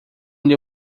lhe